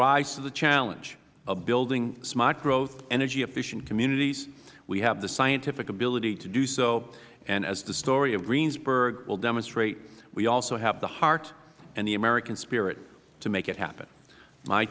rise to the challenge of building smart growth energy efficient communities we have the scientific ability to do so and as the story of greensburg will demonstrate we also have the heart and the american spirit to make it happen my